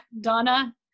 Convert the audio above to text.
Donna